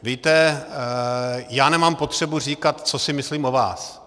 Víte, já nemám potřebu říkat, co si myslím o vás.